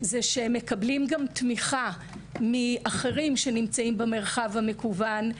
שהם מקבלים תמיכה מאחרים שנמצאים במרחב המקוון,